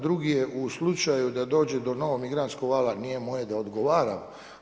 Drugi je u slučaju da dođe do novog migrantskog vala nije moje da odgovaram.